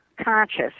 Conscious